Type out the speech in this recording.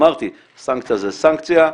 אמרתי, סנקציה זה סנקציה,